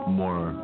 more